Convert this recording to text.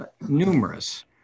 numerous